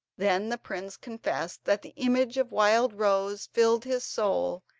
then the prince confessed that the image of wildrose filled his soul,